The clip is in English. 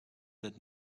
that